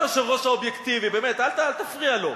היושב-ראש אובייקטיבי, באמת, אל תפריע לו.